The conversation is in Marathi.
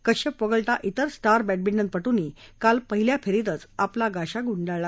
कश्यप वगळता त्त्रिर स्टार बॅडमिंटनपट्नी काल पहिल्या फेरीतच आपला गाशा गुंडाळला